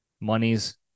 monies